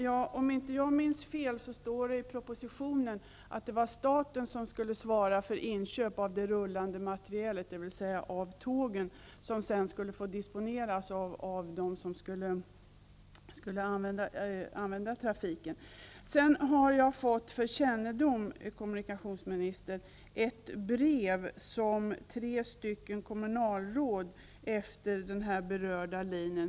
Fru talman! Om jag inte minns fel står det i propositionen att det är staten som skall svara för inköp av den rullande materiel, dvs. tågen, som sedan skall få disponeras av dem som skall driva trafiken. Jag har fått för kännedom, kommunikationsministern, ett brev skrivet av tre kommunalråd med anledning av denna berörda tåglinje.